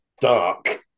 dark